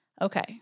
Okay